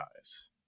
eyes